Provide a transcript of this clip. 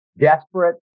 desperate